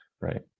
right